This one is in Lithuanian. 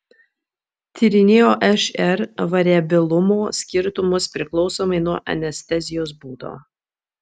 tyrinėjo šr variabilumo skirtumus priklausomai nuo anestezijos būdo